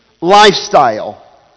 lifestyle